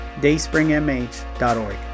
dayspringmh.org